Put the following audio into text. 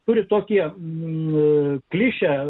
turi tokie nuplyšę